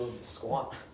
squat